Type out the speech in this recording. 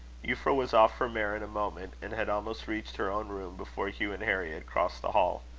euphra was off her mare in a moment, and had almost reached her own room before hugh and harry had crossed the hall.